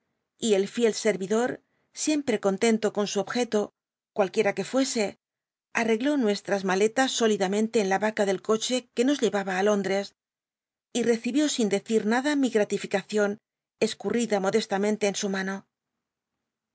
y el fiel scavitlo siempre conten to con su objeto cualc ui ea que fuese arregló nuesllas maletas sólidamente en la baca del coche que nos llevaba á lóndacs recibió sin decia nada mi gratific acion cscunid a modestamente en su mano